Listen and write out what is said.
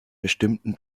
bestimmten